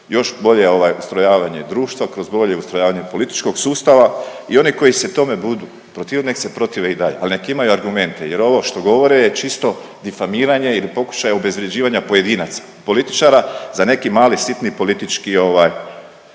još bolje, ovaj ustrojavanje društva, kroz bolje ustrojavanje političkog sustava i oni koji se tome budu protivili, nek se protive i dalje, ali nek imaju argumente jer ovo što govore je čisto difamiranje ili pokušaj obezvrjeđivanja pojedinaca, političara za neki mali sitni politički